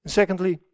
secondly